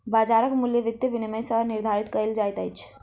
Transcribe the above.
बाजारक मूल्य वित्तीय विनियम सॅ निर्धारित कयल जाइत अछि